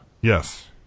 Yes